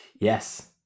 yes